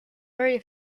very